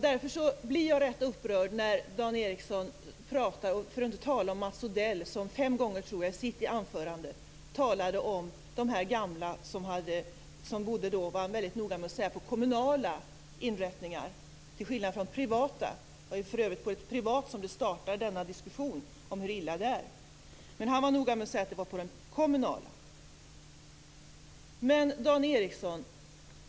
Därför blir jag upprörd när Dan Ericsson pratar om äldrevården - för att inte tala om när Mats Odell fem gånger i sitt anförande tidigare i dag talar om de gamla som bor på kommunala inrättningar, till skillnad från privata inrättningar. Det var för övrigt på ett privat vårdhem som diskussionen om hur illa det är startade, men Mats Odell var noga med att säga att det gällde de kommunala inrättningarna.